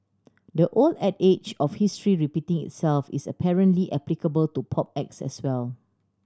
the old adage of history repeating itself is apparently applicable to pop acts as well